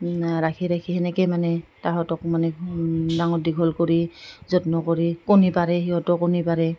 ৰাখি ৰাখি তেনেকৈ মানে তাহঁতক মানে ডাঙৰ দীঘল কৰি যত্ন কৰি কণী পাৰে সিহঁতেও কণী পাৰে